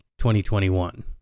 2021